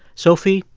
sophie,